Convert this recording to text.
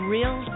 Real